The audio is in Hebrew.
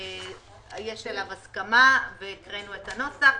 יש עליו הסכמה, והקראנו את הנוסח.